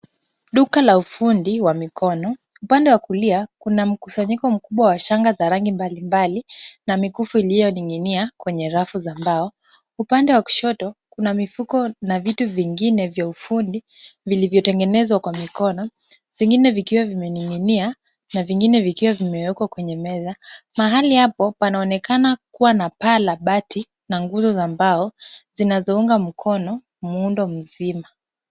Duka la ufundi wa mikono. Upande wa kulia, kuna mkusanyiko mkubwa wa shanga za rangi mbalimbali na mikufu iliyoning’inia kwenye rafu za mbao. Upande wa kushoto, kuna mifuko na vitu vingine vya ufundi vilivyotengenezwa kwa mikono. Vingine vikiwa vimening’inia na vingine vikiwa vimewekwa kwenye meza. Mahali hapo panaonekana kuwa na paa la bati na nguzo za mbao zinazounga mkono muundo mzima.